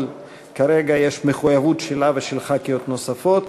אבל כרגע יש מחויבות שלה ושל ח"כיות נוספות